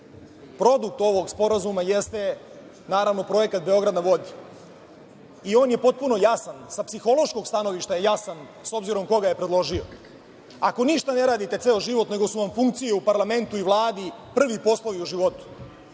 Srbije. Produkt ovog sporazuma jeste, naravno, projekat „Beograd na vodi“. On je potpuno jasan sa psihološkog stanovišta je jasan, s obzirom ko ga je predložio. Ako ništa ne radite ceo život, nego su vam funkcije u parlamentu i Vladi prvi poslovi u životu